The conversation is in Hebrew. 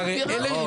פיראטים.